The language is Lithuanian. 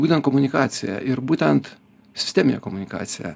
būtent komunikacija ir būtent sisteminė komunikacija